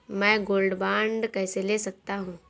मैं gold bond कैसे ले सकता हूँ?